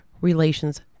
relations